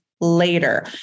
later